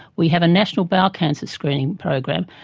we have a national bowel cancer screening program,